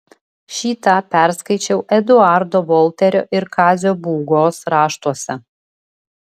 šį tą perskaičiau eduardo volterio ir kazio būgos raštuose